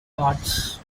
cards